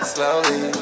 Slowly